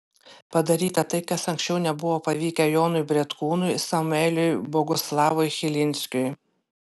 padaryta tai kas anksčiau nebuvo pavykę jonui bretkūnui samueliui boguslavui chilinskiui